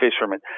fishermen